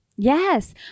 Yes